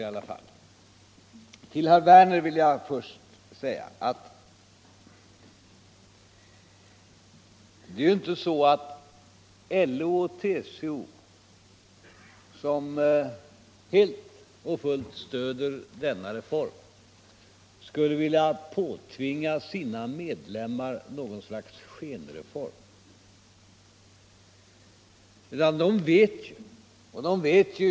Till herr Werner i Tyresö vill jag först säga att det givetvis inte är så att LO och TCO som helt stöder denna reform skulle vilja påtvinga sina medlemmar något slags skenreform.